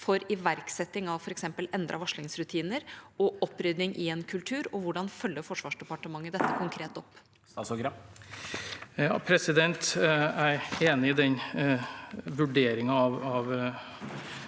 for iverksetting av f.eks. endrede varslingsrutiner og opprydding i en kultur, og hvordan følger Forsvarsdepartementet dette konkret opp? Statsråd Bjørn Arild Gram Jeg er enig i den vurderingen av